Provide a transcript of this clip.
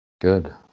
Good